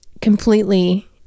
completely